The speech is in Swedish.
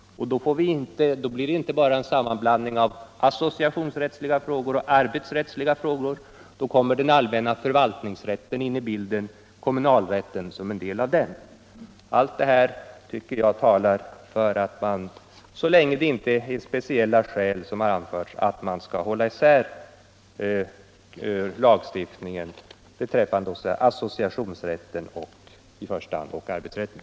Då blir det inte bara en sammanblandning av associationsrättsliga frågor och arbetsrättsliga frågor, utan då kommer den allmänna förvaltlingsrätten in i bilden och kommunalrätten som en del av förvaltningsrätten. Allt detta tycker jag talar för att man, så länge det inte är speciella skäl som har anförts, skall hålla isär lagstiftningen beträffande i första hand associationsrätten och arbetsrätten.